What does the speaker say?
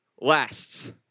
Lasts